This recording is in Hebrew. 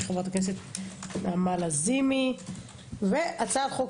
של חברת הכנסת נעמה לזימי; והצעת חוק